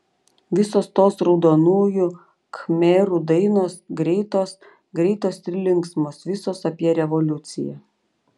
visos tos raudonųjų khmerų dainos greitos greitos ir linksmos visos apie revoliuciją